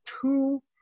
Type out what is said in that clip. two